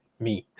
me,